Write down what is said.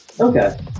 Okay